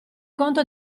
conto